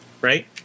Right